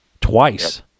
twice